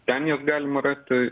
ten jas galima rasti